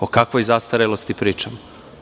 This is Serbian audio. O kakvoj zastarelosti pričamo?